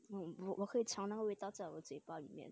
我我喝茶那个味道在我嘴巴里面